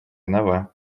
нова